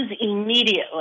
immediately